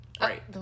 Right